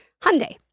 Hyundai